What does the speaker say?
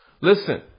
Listen